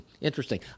interesting